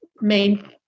main